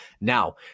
now